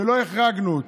שלא החרגנו אותו.